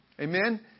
Amen